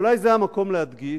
ואולי זה המקום להדגיש,